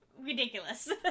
Ridiculous